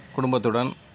குடும்பத்துடன்